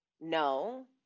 no